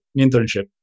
internship